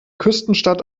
küstenstadt